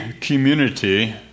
community